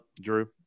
Drew